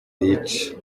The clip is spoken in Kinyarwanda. yica